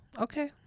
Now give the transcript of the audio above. Okay